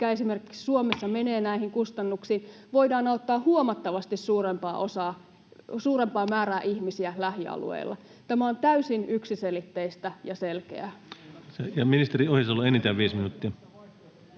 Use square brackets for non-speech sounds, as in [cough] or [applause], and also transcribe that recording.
mikä esimerkiksi Suomessa menee näihin kustannuksiin, [noise] voidaan auttaa huomattavasti suurempaa määrää ihmisiä lähialueilla. Tämä on täysin yksiselitteistä ja selkeää. [Antti Lindtmanin välihuuto